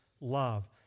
love